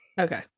okay